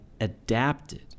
adapted